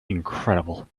incredible